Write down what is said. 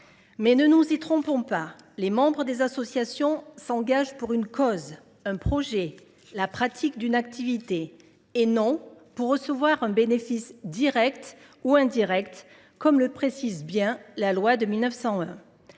Mais ne nous y trompons pas : les membres des associations s’engagent pour une cause, un projet, la pratique d’une activité, et non pour recevoir un bénéfice direct ou indirect – comme le précise bien la loi de 1901.